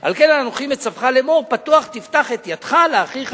על כן אנכי מצווך לאמור פתוח תפתח את ידך לאחיך,